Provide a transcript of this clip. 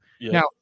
Now